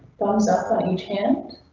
thumbs up on each hand.